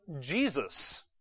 Jesus